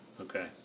Okay